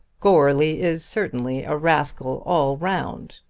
goarly is certainly a rascal all round,